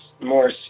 more